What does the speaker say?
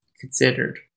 considered